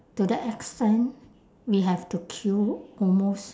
to the extent we have to queue almost